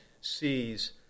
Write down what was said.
sees